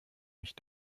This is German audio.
mich